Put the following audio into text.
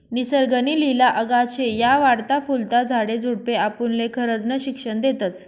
निसर्ग नी लिला अगाध शे, या वाढता फुलता झाडे झुडपे आपुनले खरजनं शिक्षन देतस